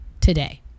today